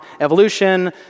evolution